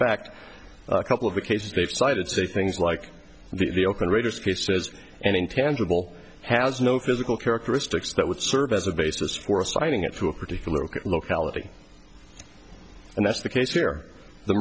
fact a couple of the cases they've cited say things like the oakland raiders case as an intangible has no physical characteristics that would serve as a basis for assigning it to a particular locality and that's the case here the